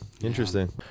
Interesting